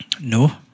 No